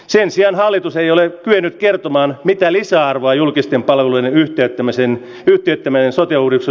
sen sijaan hallitus ei ole kyennyt kertomaan mitä lisäarvoa julkisten palvelujen yhtiöittämisen tietämään sokeudeksi